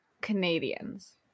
Canadians